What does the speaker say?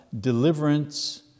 Deliverance